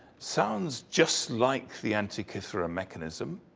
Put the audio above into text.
sounds just like the antikythera mechanism,